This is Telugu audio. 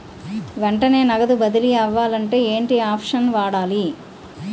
వెంటనే నగదు బదిలీ అవ్వాలంటే ఏంటి ఆప్షన్ వాడాలి?